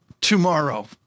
tomorrow